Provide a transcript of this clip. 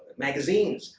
magazines.